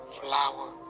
flower